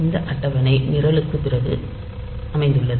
இந்த அட்டவணை நிரலுக்குப் பிறகு அமைந்துள்ளது